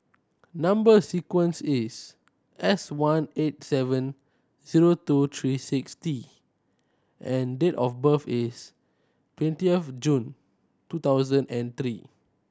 number sequence is S one eight seven zero two three six T and date of birth is twenty of June twenty thousand and three